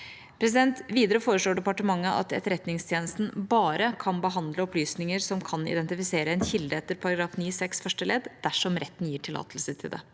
Videre foreslår departementet at Etterretningstjenesten bare kan behandle opplysninger som kan identifisere en kilde etter § 9-6 første ledd dersom retten gir tillatelse til det.